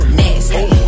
nasty